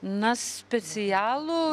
na specialų